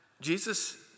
Jesus